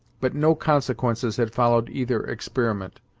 but no consequences had followed either experiment.